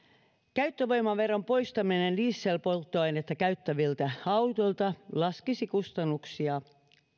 käyttövoimaveron poistaminen dieselpolttoainetta käyttäviltä autoilta laskisi kustannuksia